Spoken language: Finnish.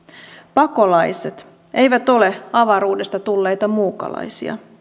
pakolaiset eivät ole avaruudesta tulleita muukalaisia